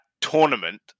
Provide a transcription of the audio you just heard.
tournament